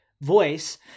voice